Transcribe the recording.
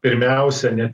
pirmiausia net